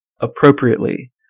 appropriately